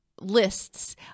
lists